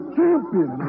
champion